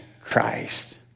Christ